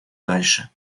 дальше